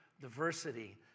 diversity